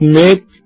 make